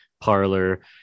parlor